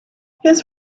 his